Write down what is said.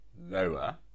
lower